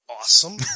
awesome